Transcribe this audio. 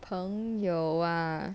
朋友 ah